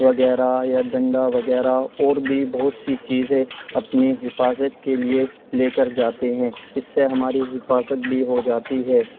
وغیرہ یا ڈنڈا وغیرہ اور بھی بہت سی چیزیں اپنی حفاظت کے لیے لے کر جاتے ہیں اس سے ہماری حفاظت بھی ہو جاتی ہے